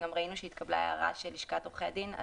ראינו שהתקבלה הערה בעניין הזה מלשכת עורכי הדין.